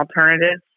alternatives